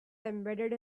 embedded